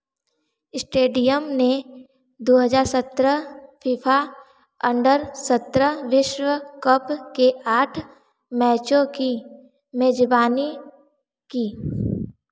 stadium ने दो हज़ार सत्रह फीफा अंडर सत्रह विश्व कप के आठ मैचों की मेज़बानी की